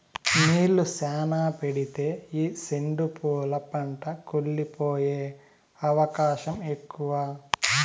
నీళ్ళు శ్యానా పెడితే ఈ సెండు పూల పంట కుళ్లి పోయే అవకాశం ఎక్కువ